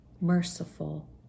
merciful